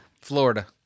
Florida